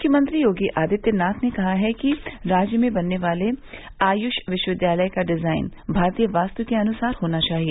मुख्यमंत्री योगी आदित्यनाथ ने कहा कि राज्य में बनने वाले आयुष विश्वविद्यालय का डिजाइन भारतीय वास्त् के अनुसार होना चाहिए